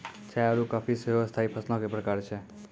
चाय आरु काफी सेहो स्थाई फसलो के प्रकार छै